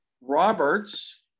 Roberts